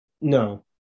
No